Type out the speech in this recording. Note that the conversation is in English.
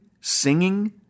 singing